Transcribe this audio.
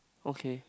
okay